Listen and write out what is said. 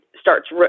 starts